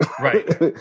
Right